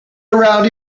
around